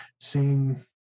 seeing